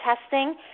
testing